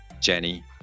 Jenny